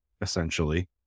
essentially